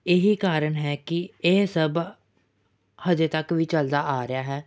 ਇਹੀ ਕਾਰਨ ਹੈ ਕਿ ਇਹ ਸਭ ਅਜੇ ਤੱਕ ਵੀ ਚੱਲਦਾ ਆ ਰਿਹਾ ਹੈ